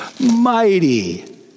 Mighty